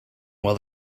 while